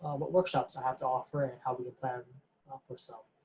what workshops i have to offer and how we can plan for some